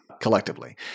collectively